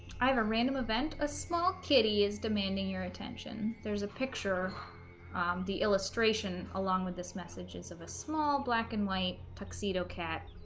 i have a random event a small kitty is demanding your attention there's a picture the illustration along with this message is of a small black and white tuxedo cat